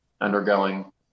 undergoing